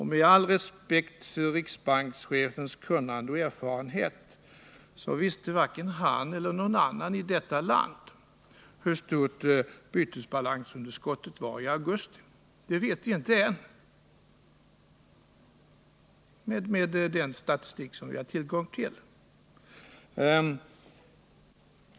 Med all respekt för riksbankschefens kunnande och erfarenhet vill jag framhålla att varken han eller någon annan i detta land visste hur stort bytesbalansunderskottet var i augusti. Det vet vi ännu inte, med den statistik som vi har tillgång till.